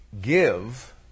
give